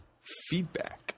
feedback